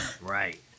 Right